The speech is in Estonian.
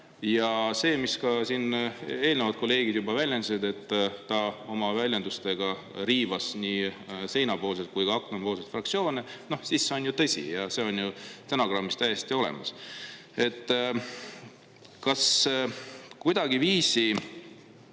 ja see, mis ka siin eelnevalt kolleegid juba väljendasid, et ta oma väljendustega riivas nii seinapoolseid kui ka aknapoolseid fraktsioone. See on ju tõsi. See on stenogrammis täiesti olemas. Kas kuidagiviisi